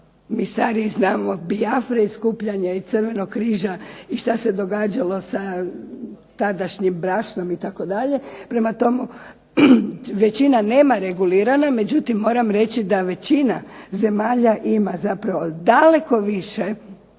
se samo Biafre i skupljanja i Crvenog križa i što se događalo sa tadašnjim brašnom itd. Prema tome većina nema regulirano, međutim, moram reći da većina zemalja ima daleko više